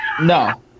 No